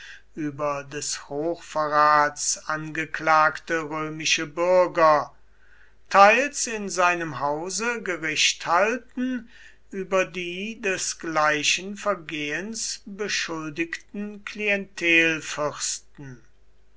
über des hochverrats angeklagte römische bürger teils in seinem hause gericht halten über die des gleichen vergehens beschuldigten